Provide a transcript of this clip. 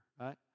Right